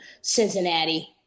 Cincinnati